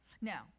Now